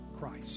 Christ